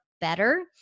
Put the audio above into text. better